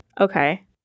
Okay